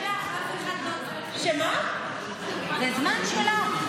מירב, זה הזמן שלך.